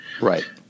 Right